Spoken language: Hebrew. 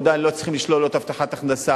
עדיין לא צריך לשלול לו את הבטחת ההכנסה.